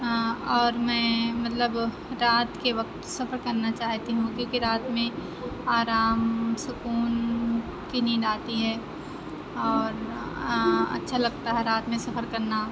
اور میں مطلب رات کے وقت سفر کرنا چاہتی ہوں کیوں کہ رات میں آرام سکون کی نیند آتی ہے اور اچھا لگتا ہے رات میں سفر کرنا